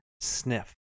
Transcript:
sniff